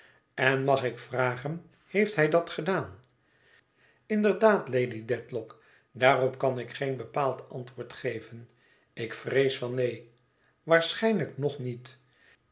en mag ik vragen heeft hij dat gedaan inderdaad lady dedlock daarop kan ik geen bepaald antwoord geven ik vrees van neen waarschijnlijk nog niet